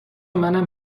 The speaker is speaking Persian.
منم